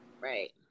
Right